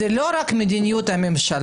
זאת לא רק מדיניות הממשלה,